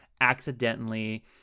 accidentally